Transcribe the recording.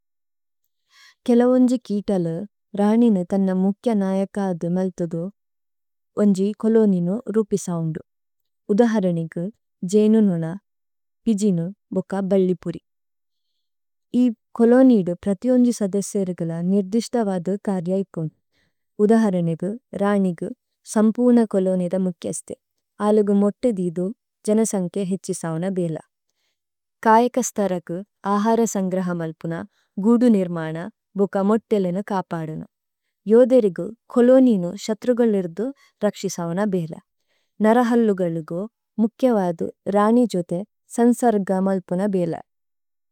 ഗ്ലോവേ ഓന്ജി കിത്ത്ലേ രനിന തന മുക്യ നയകദു മല്തദു ഓന്ജി കലോനിന രുപിസന്ദു। ഉദ്ധഹരനിഗു ജേനു നുന ഭിജിനു ബക്ക ബല്ലിപുരി। ഇദ്ധഹരനിഗു രനിഗു സമ്പൂന കലോനിദ മുക്യസ്തേ, അലഗു മോത്തദിദു ജനസന്കേ ഹേഛ്ഛിസവന് ബയ്ലേയ്। കയക് സ്തരഗു അഹര് സന്ഗ്രഹമല്പുന ഗൂദു നിര്മന ബുക്ക മോത്തേലേനു കപ്പദുന। യോദേരിഗു കലോനിനു ശത്രുഗല്ലിദ രക്ശിസവന് ബയ്ലേയ്। നരഹല്ലുഗല്ലിഗു ഗജി ബയ്ലേയ്।